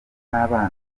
n’ababa